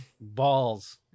balls